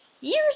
Years